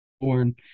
born